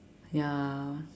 ya